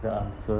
the answer